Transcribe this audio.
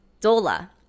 Dola